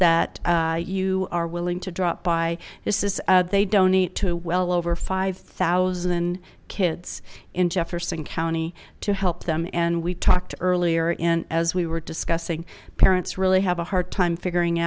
that you are willing to drop by this is they donate to well over five thousand kids in jefferson county to help them and we talked earlier in as we were discussing parents really have a hard time figuring